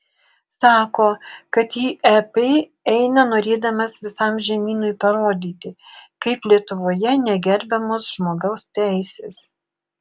sako kad į ep eina norėdamas visam žemynui parodyti kaip lietuvoje negerbiamos žmogaus teisės